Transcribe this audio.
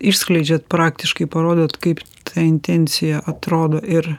išskleidžiat praktiškai parodot kaip ta intencija atrodo ir